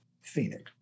Phoenix